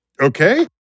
okay